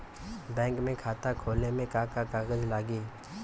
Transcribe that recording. Bank में खाता खोले मे का का कागज लागी?